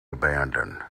abandoned